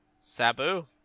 Sabu